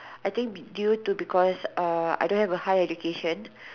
I think due to because err I don't have a high education